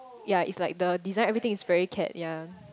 ya it's like the design everything is very cat ya